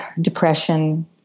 depression